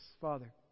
Father